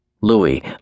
Louis